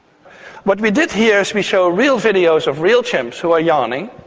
what we did here is we show real videos of real chimps who are yawning,